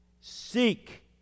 Seek